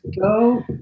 go